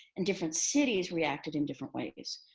and different cities reacted in different ways.